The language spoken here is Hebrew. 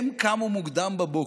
הם קמו מוקדם בבוקר,